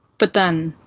but then,